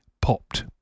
popped